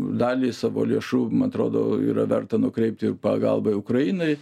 dalį savo lėšų man atrodo yra verta nukreipti ir pagalbai ukrainai